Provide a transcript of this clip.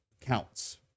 counts